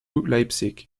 leipzig